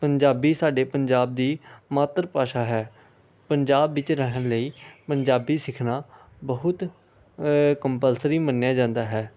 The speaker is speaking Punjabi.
ਪੰਜਾਬੀ ਸਾਡੇ ਪੰਜਾਬ ਦੀ ਮਾਤਰ ਭਾਸ਼ਾ ਹੈ ਪੰਜਾਬ ਵਿੱਚ ਰਹਿਣ ਲਈ ਪੰਜਾਬੀ ਸਿੱਖਣਾ ਬਹੁਤ ਕੰਪਲਸਰੀ ਮੰਨਿਆ ਜਾਂਦਾ ਹੈ